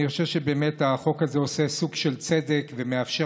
אני חושב שהחוק הזה עושה סוג של צדק ומאפשר